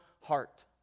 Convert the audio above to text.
heart